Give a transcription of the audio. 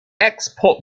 export